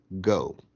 go